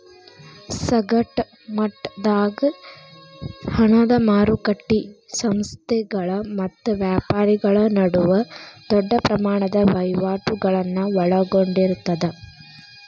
ಸಗಟ ಮಟ್ಟದಾಗ ಹಣದ ಮಾರಕಟ್ಟಿ ಸಂಸ್ಥೆಗಳ ಮತ್ತ ವ್ಯಾಪಾರಿಗಳ ನಡುವ ದೊಡ್ಡ ಪ್ರಮಾಣದ ವಹಿವಾಟುಗಳನ್ನ ಒಳಗೊಂಡಿರ್ತದ